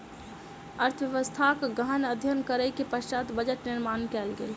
अर्थव्यवस्थाक गहन अध्ययन करै के पश्चात बजट निर्माण कयल गेल